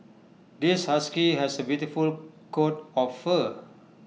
this husky has A beautiful coat of fur